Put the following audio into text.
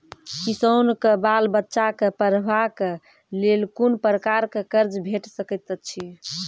किसानक बाल बच्चाक पढ़वाक लेल कून प्रकारक कर्ज भेट सकैत अछि?